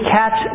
catch